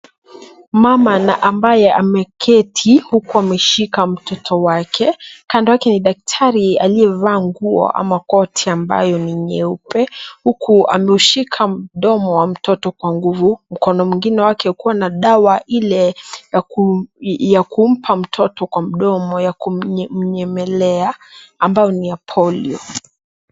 Mama ambaye ameketi, huku ameshika mtoto wake, kando yake ni daktari aliyevaa nguo ama koti ambayo ni nyeupe , huku ameushika mdomo wa mtoto kwa nguvu, mkono mwingine wake ukiwa na dawa ile ya kumpa mtoto kwa mdomo ya kumnyemelea ambayo ni ya Polio.